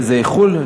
זה איחול?